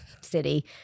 city